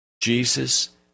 Jesus